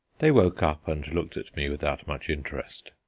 they woke up and looked at me without much interest,